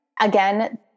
Again